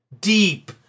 Deep